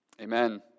Amen